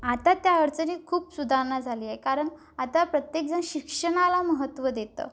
आता त्या अडचणी खूप सुधारणा झालीय कारण आता प्रत्येकजण शिक्षणाला महत्त्व देतं